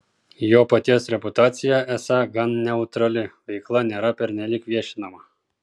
jo paties reputacija esą gan neutrali veikla nėra pernelyg viešinama